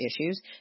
issues